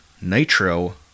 Nitro